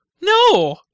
No